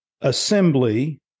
assembly